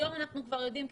היום אנחנו כבר יודעים,